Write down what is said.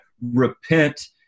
repent